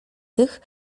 tych